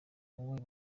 wowe